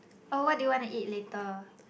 oh what do you want to eat later